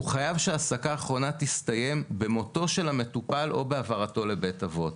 הוא חייב שההעסקה האחרונה תסתיים במותו של המטופל או בהעברתו לבית אבות.